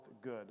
good